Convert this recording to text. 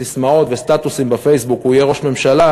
ססמאות וסטטוסים בפייסבוק הוא יהיה ראש ממשלה,